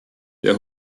der